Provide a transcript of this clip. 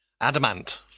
Adamant